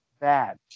bad